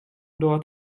dort